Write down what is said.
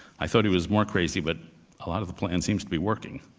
i thought he was more crazy, but a lot of the plan seems to be working.